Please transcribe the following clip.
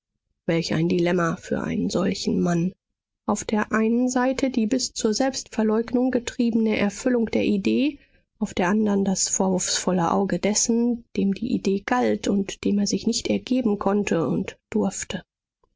welch ein dilemma für einen solchen mann auf der einen seite die bis zur selbstverleugnung getriebene erfüllung der idee auf der andern das vorwurfsvolle auge dessen dem die idee galt und dem er sich nicht ergeben konnte und durfte